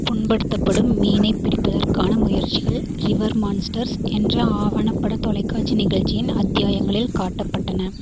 புண்படுத்தப்படும் மீனைப் பிடிப்பதற்கான முயற்சிகள் ரிவர் மான்ஸ்டர்ஸ் என்ற ஆவணப்பட தொலைக்காட்சி நிகழ்ச்சியின் அத்தியாயங்களில் காட்டப்பட்டன